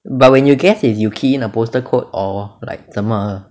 but when you guess is you key in a postal code or like 怎么